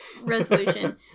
resolution